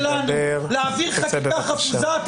אתה חושב שאנחנו נאפשר לך בשם שלנו להעביר חקיקה חפוזה,